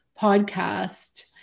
podcast